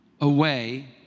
away